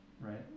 right